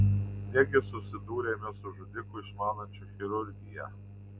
negi susidūrėme su žudiku išmanančiu chirurgiją